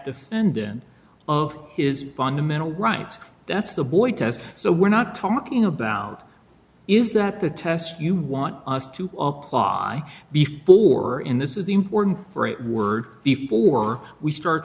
defendant of his fundamental right that's the boy test so we're not talking about is that the test you want us to apply before in this is important for a word before we start